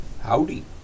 Howdy